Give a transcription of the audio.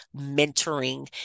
mentoring